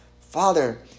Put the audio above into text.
Father